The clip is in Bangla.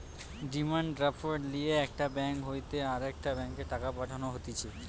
ডিমান্ড ড্রাফট লিয়ে একটা ব্যাঙ্ক হইতে আরেকটা ব্যাংকে টাকা পাঠানো হতিছে